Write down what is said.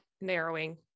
Narrowing